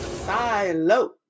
silo